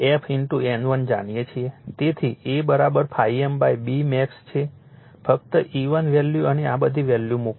44 ∅ m f N1 જાણીએ છીએ તેથી A ∅ m B max છે ફક્ત E1 વેલ્યુ અને આ બધી વેલ્યુ મૂકો